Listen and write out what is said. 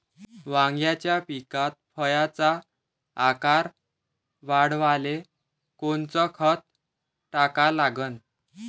वांग्याच्या पिकात फळाचा आकार वाढवाले कोनचं खत टाका लागन?